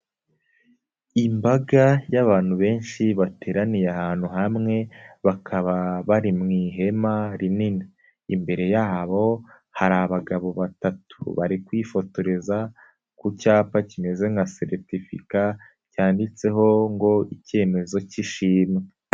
lmbaga y'abantu benshi bateraniye ahantu hamwe, bakaba bari mu ihema rinini ,imbere yabo hari abagabo batatu bari kwifotoreza ku cyapa kimeze nka certificate, cyanditseho ngo icyemezo cy'ishimwe.